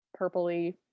purpley